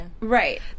Right